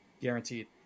guaranteed